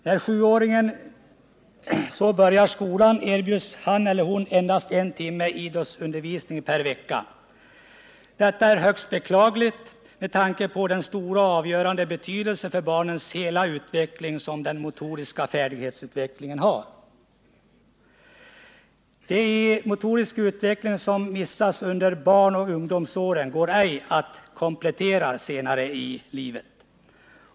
När sjuåringen så börjar skolan erbjuds han eller hon endast en timme idrottsundervisning per vecka. Detta är högst beklagligt med tanke på den stora och avgörande betydelse för barnets hela utveckling som den motoriska färdighetsutvecklingen har. Det som missas i motorisk utveckling under barnoch ungdomsåren går inte att komplettera senare i livet.